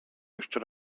jeszcze